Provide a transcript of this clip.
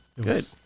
Good